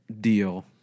deal